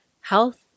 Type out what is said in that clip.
Health